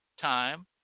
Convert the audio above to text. time